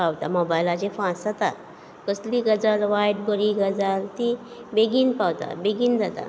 पावता मोबायलाचेर फास्ट जाता कसलीय गजाल वायट बरी गजाल ती बेगीन पावता बेगीन जाता